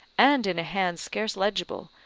and in a hand scarce legible,